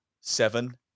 seven